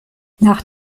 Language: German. nach